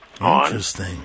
Interesting